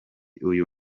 uyu